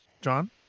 John